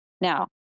Now